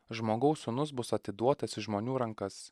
žmogaus sūnus bus atiduotas į žmonių rankas